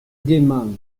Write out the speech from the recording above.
gaiement